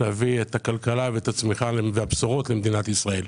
להביא את הכלכלה והצמיחה והבשורות למדינת ישראל.